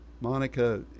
Monica